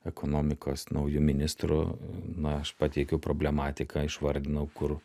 ekonomikos nauju ministru na aš pateikiau problematiką išvardinau kur